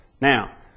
Now